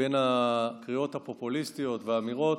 בין הקריאות הפופוליסטיות והאמירות,